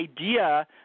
idea